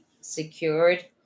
secured